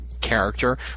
character